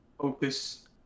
focus